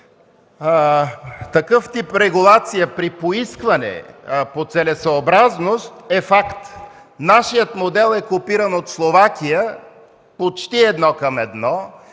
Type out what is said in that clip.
такъв тип регулация при поискване по целесъобразност е факт. Нашият модел е копиран от Словакия почти едно към едно.